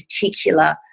particular